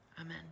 Amen